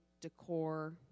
decor